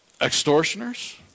Extortioners